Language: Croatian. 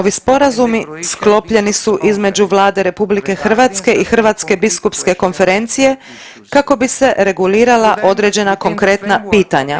Ovi sporazumi sklopljeni su između Vlade RH i Hrvatske biskupske konferencije kako bi se regulirala određena konkretna pitanja.